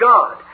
God